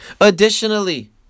Additionally